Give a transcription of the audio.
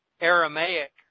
Aramaic